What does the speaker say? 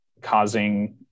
causing